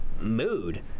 mood